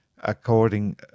According